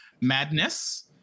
madness